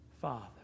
father